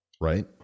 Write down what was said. Right